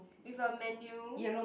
with a menu